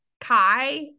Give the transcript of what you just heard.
Kai